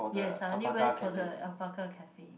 yes I only went for the alpaca Cafe